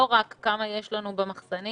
לא רק כמה יש לנו במחסנים,